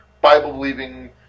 Bible-believing